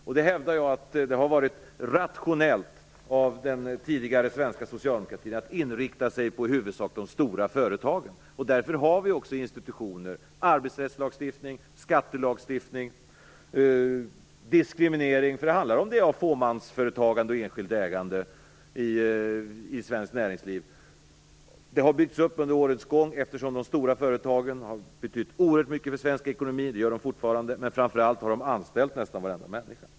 Jag hävdar att det har varit rationellt av den tidigare svenska socialdemokratin att inrikta sig på i huvudsak de stora företagen. Därför har vi också institutioner, arbetsrättslagstiftning, skattelagstiftning och diskriminering - det handlar om det när det gäller fåmansföretagande och enskilt ägande i svenskt näringsliv. Det har byggts upp under årens lopp eftersom de stora företagen har betytt oerhört mycket för svensk ekonomi. Det gör de fortfarande. Men framför allt har de anställt nästan varenda människa.